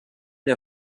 der